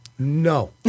No